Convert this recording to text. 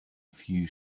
few